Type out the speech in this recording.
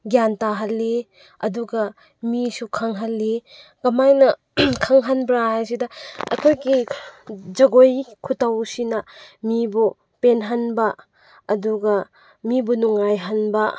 ꯒ꯭ꯌꯥꯟ ꯇꯥꯍꯜꯂꯤ ꯑꯗꯨꯒ ꯃꯤꯁꯨ ꯈꯪꯍꯜꯂꯤ ꯀꯃꯥꯏꯅ ꯈꯪꯍꯟꯕ꯭ꯔꯥ ꯍꯥꯏꯁꯤꯗ ꯑꯩꯈꯣꯏꯒꯤ ꯖꯒꯣꯏ ꯈꯨꯇꯧꯁꯤꯅ ꯃꯤꯕꯨ ꯄꯦꯜꯍꯟꯕ ꯑꯗꯨꯒ ꯃꯤꯕꯨ ꯅꯨꯡꯉꯥꯏꯍꯟꯕ